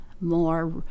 more